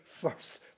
first